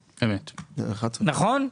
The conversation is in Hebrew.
נכון?